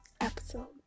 episode